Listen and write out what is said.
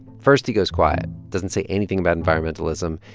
first, he goes quiet, doesn't say anything about environmentalism.